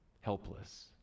helpless